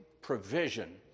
provision